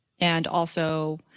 and also